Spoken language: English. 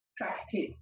practice